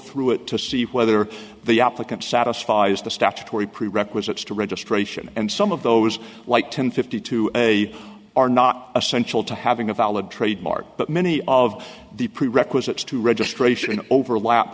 through it to see whether the applicant satisfies the statutory prerequisites to registration and some of those like ten fifty two a are not essential to having a valid trademark but many of the prerequisites to registration overlap